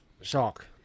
Shock